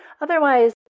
Otherwise